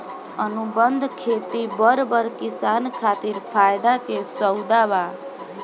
अनुबंध खेती बड़ बड़ किसान खातिर फायदा के सउदा बा